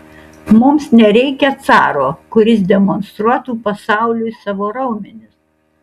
mums nereikia caro kuris demonstruotų pasauliui savo raumenis